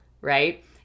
right